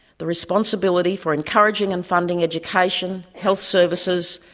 the responsibility for encouraging and funding education, health services,